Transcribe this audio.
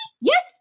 yes